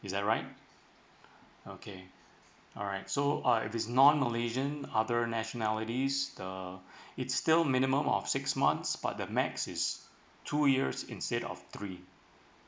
is that right okay alright so uh if it's non malaysian other nationalities uh it's still minimum of six months but the max is two years instead of three